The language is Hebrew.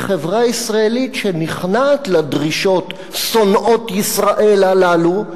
חברה ישראלית שנכנעת לדרישות שונאות ישראל הללו,